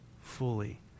fully